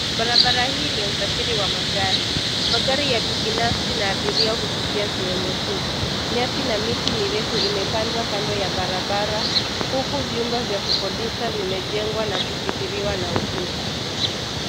Barabara hii ni ya usafiri wa magari. Magari ya kibinafsi na ya abiria hupitia sehemu hii. Nyasi na miti mirefu imepandwa kando ya barabara huku vyumba vya kukodisha vimejengwa na kusitiriwa na ukuta.